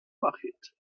bucket